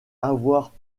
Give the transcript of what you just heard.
avoir